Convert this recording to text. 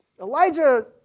Elijah